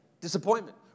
Disappointment